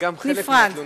גם זה חלק מהתלונות.